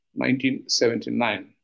1979